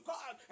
God